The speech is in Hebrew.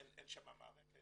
אין שם מערכת,